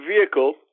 vehicle